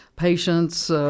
Patients